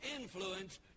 influence